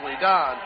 done